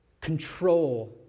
Control